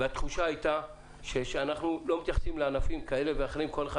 והתחושה היתה שאנו לא מתייחסים לענפים כאלה ואחרים כל אחד,